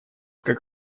как